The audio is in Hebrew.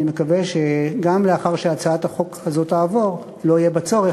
ואני מקווה שגם לאחר שהצעת החוק הזאת תעבור לא יהיה בה צורך,